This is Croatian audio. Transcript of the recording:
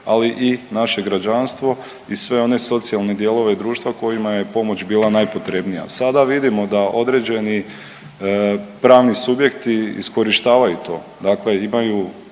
ali i naše građanstvo i sve one socijalne dijelove društva kojima je pomoć bila najpotrebnija. Sada vidimo da određeni pravni subjekti iskorištavaju to,